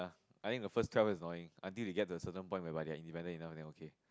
I think the first twelve is annoying until they get to a certain point whereby they are independent enough then okay